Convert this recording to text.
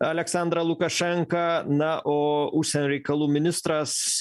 aleksandrą lukašenką na o užsienio reikalų ministras